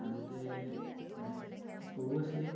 আগতে প্ৰায় সৰু আছিলে